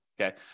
Okay